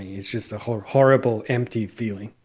it's just a whole horrible, empty feeling.